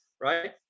Right